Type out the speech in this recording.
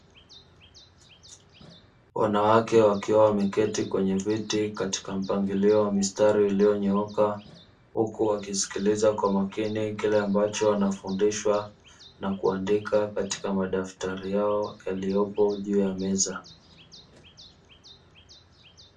Wanawake wakiwa wameketi kwenye viti katika mpangilio wa mistari iliyonyooka, huku wakisikiliza kwa makini kile ambacho wanafundishwa na kuandika katika madaftari yao yaliyopo juu ya meza.